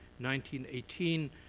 1918